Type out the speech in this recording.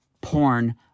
porn